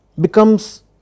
becomes